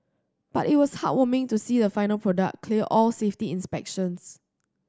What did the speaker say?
but it was heartwarming to see a final product clear all safety inspections